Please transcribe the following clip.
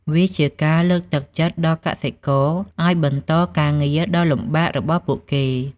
វាជាការលើកទឹកចិត្តដល់កសិករឱ្យបន្តការងារដ៏លំបាករបស់ពួកគេ។